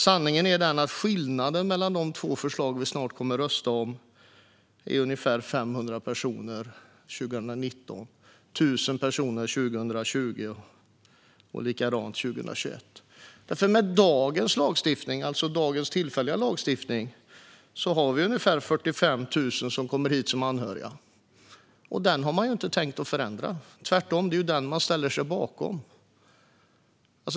Sanningen är att skillnaden mellan de två förslag som vi snart kommer att rösta om är ungefär 500 personer 2019, 1 000 personer 2020 och lika många 2021. Med dagens tillfälliga lagstiftning kommer ungefär 45 000 hit som anhöriga. Den siffran har man inte tänkt förändra, tvärtom. Det är den man ställer sig bakom.